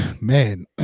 Man